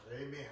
Amen